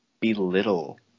belittle